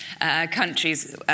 countries